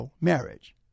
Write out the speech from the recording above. marriage